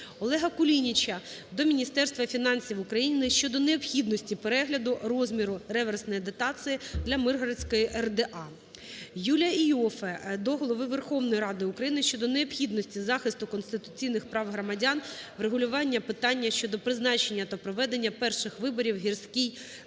ОлегаКулініча до Міністерства фінансів України щодо необхідності перегляду розміру реверсної дотації для Миргородської РДА. Юлія Іоффе до Голови Верховної Ради України щодо необхідності захисту конституційних прав громадян, врегулювання питання щодо призначення та проведення перших виборів в Гірській міській